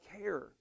care